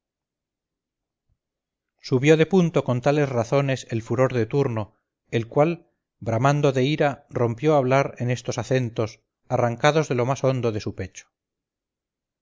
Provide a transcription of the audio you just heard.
subió de punto con tales razones el furor de turno el cual bramando de ira rompió a hablar en estos acentos arrancados de lo más hondo de su pecho